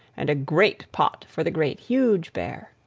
and a great pot for the great, huge bear.